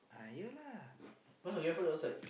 ah you lah